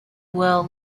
well